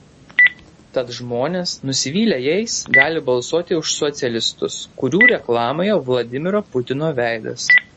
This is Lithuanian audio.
tad žmonės nusivylę jais gali balsuoti už socialistus kurių reklamoje vladimiro putino veidas